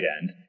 end